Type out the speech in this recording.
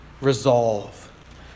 resolve